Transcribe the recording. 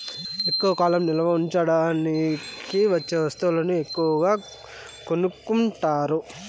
ఎక్కువ కాలం నిల్వ ఉంచడానికి వచ్చే వస్తువులను ఎక్కువగా కొనుక్కుంటారు